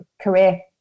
career